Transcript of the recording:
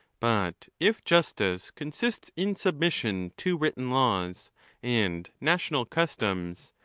but if justice consists in submission to written laws and national customs,